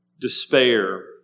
despair